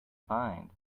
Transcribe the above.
find